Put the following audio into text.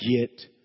get